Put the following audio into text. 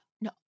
no